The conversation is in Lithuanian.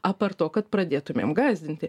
apart to kad pradėtumėm gąsdinti